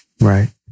right